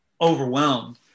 overwhelmed